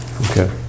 Okay